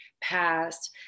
past